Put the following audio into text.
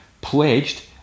Pledged